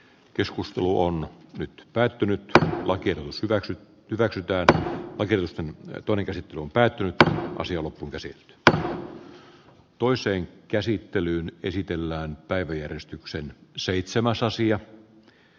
keskustelu on nyt päättynyt lakin syväksi kaksi työtä perillisten ja toinen käsittely on päättynyt ja asia loppuunkäsite tai toiseen käsittelyyn esitellään päiväjärjestykseen seitsemäs asia